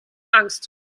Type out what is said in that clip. angst